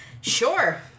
sure